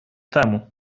тему